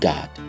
God